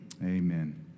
Amen